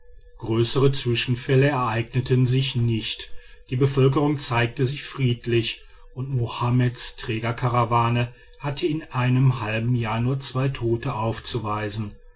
größere zwischenfälle ereigneten sich nicht die bevölkerung zeigte sich friedlich und mohammeds trägerkarawane hatte in einem halben jahr nur zwei tote aufzuweisen